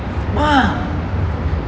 mah